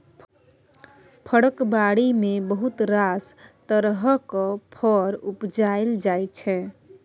फरक बारी मे बहुत रास तरहक फर उपजाएल जाइ छै